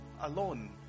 alone